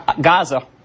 Gaza